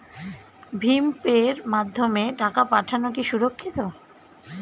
ভিম পের মাধ্যমে টাকা পাঠানো কি সুরক্ষিত?